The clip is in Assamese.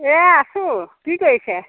এ আছোঁ কি কৰিছে